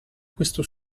questo